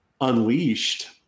unleashed